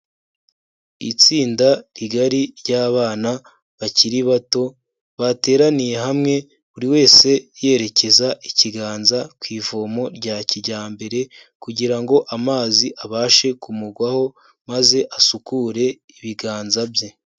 Itsinda rigari ry'abana bakiri bato bateraniye hamwe buri wese yerekeza ikiganza ku ivomo rya kijyambere kugira ngo amazi abashe kumugwaho maze asukure ibiganza bye.